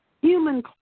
human